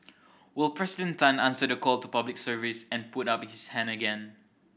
will President Tan answer the call to Public Service and put up his hand again